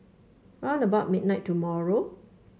round about midnight tomorrow